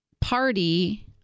party